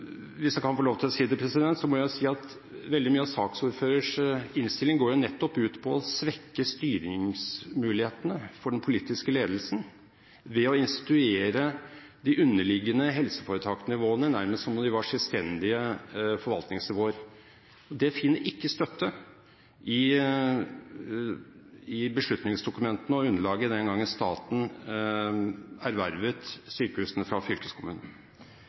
Hvis jeg kan få lov til å si det, må jeg si at veldig mye av saksordførerens innstilling går jo nettopp ut på å svekke styringsmulighetene for den politiske ledelsen ved å instruere de underliggende helseforetaksnivåene nærmest som om de var selvstendige forvaltningsnivåer. Det finner ikke støtte i beslutningsdokumentene og underlaget den gangen staten ervervet sykehusene fra